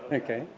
okay.